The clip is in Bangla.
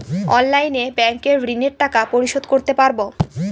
অনলাইনে ব্যাংকের ঋণের টাকা পরিশোধ করতে পারবো?